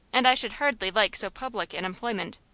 and i should hardly like so public an employment.